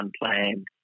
unplanned